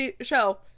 show